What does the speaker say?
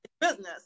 business